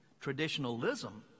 Traditionalism